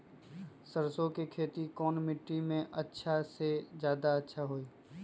सरसो के खेती कौन मिट्टी मे अच्छा मे जादा अच्छा होइ?